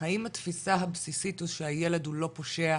האם התפיסה הבסיסית היא שהילד הוא לא פושע,